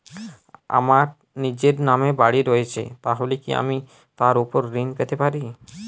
আমার নিজের নামে বাড়ী রয়েছে তাহলে কি আমি তার ওপর ঋণ পেতে পারি?